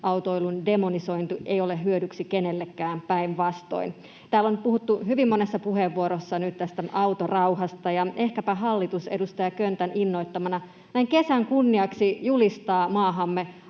yksityisautoilun demonisointi ei ole hyödyksi kenellekään, päinvastoin. Täällä on puhuttu hyvin monessa puheenvuorossa nyt tästä autorauhasta, ja ehkäpä hallitus edustaja Köntän innoittamana näin kesän kunniaksi julistaa maahamme